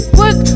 work